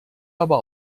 aber